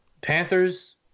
Panthers